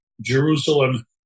Jerusalem